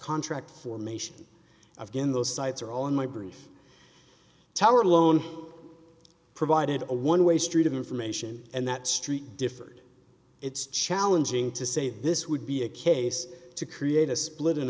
contract formation of kin those sites are all in my brief tower alone provided a one way street of information and that street differed it's challenging to say this would be a case to create a split